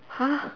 !huh!